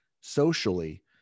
socially